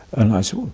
and i said, oh,